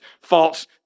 false